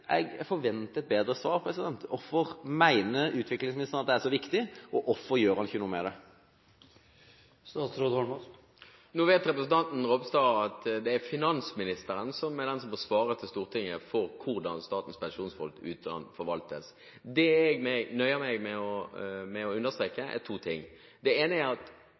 forventer et bedre svar. Hvorfor mener utviklingsministeren at det er så viktig, og hvorfor gjør han ikke noe med det? Nå vet representanten Ropstad at det er finansministeren som svarer til Stortinget for hvordan Statens pensjonsfond utland forvaltes. Jeg nøyer meg med å understreke to ting. Det ene er at